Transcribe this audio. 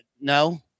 No